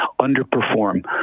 underperform